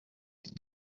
that